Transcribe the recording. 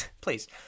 Please